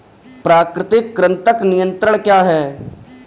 प्राकृतिक कृंतक नियंत्रण क्या है?